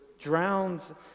drowned